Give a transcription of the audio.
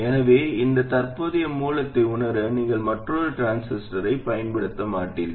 எனவே இந்த தற்போதைய மூலத்தை உணர நீங்கள் மற்றொரு டிரான்சிஸ்டரைப் பயன்படுத்த மாட்டீர்கள்